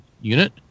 unit